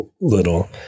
Little